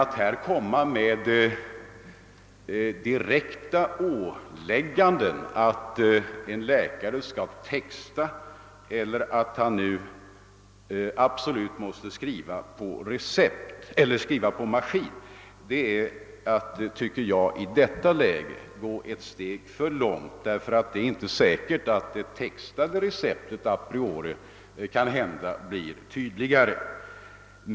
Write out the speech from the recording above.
Att direkt ålägga en läkare att texta eller skriva på maskin är dock enligt min mening i detta läge att gå ett steg för långt. Det är ju inte säkert att det textade receptet a priori blir tydligare.